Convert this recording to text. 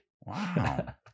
wow